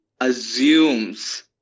assumes